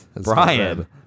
Brian